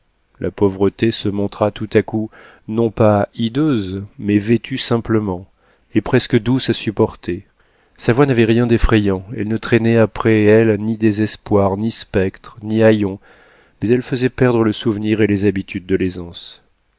la pauvreté se montra tout à coup non pas hideuse mais vêtue simplement et presque douce à supporter sa voix n'avait rien d'effrayant elle ne traînait après elle ni désespoir ni spectres ni haillons mais elle faisait perdre le souvenir et les habitudes de l'aisance